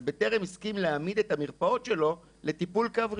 אז טר"ם הסכים להעמיד את המרפאות שלו לטיפול קו ראשון,